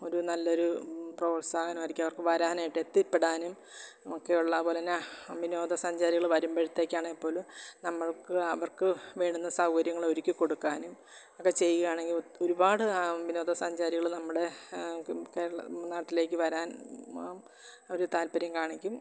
ഒരു നല്ല ഒരു പ്രോത്സാഹനമായിരിക്കും അവര്ക്ക് വരാനായിട്ട് എത്തിപ്പെടാനും ഒക്കെയുള്ള അതുപോലെത്തന്നെ വിനോദസഞ്ചാരികൾ വരുമ്പോഴത്തേക്ക് ആണെങ്കിൽ പോലും നമ്മള്ക്ക് അവര്ക്ക് വേണ്ടുന്ന സൗകര്യങ്ങൾ ഒരുക്കി കൊടുക്കാനും ഒക്കെ ചെയ്യുകയാണെങ്കില് ഒരുപാട് വിനോദസഞ്ചാരികൾ നമ്മുടെ കേരള നാട്ടിലേക്ക് വരാന് ഒരു താല്പ്പര്യം കാണിക്കും